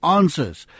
answers